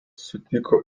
sutiko